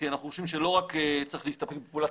כי אנחנו חושבים שלא רק צריך להסתפק בפעולת